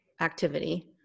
activity